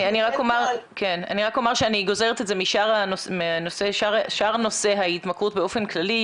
אני רק אומר שאני גוזרת את זה משאר נושאי ההתמכרות באופן כללי,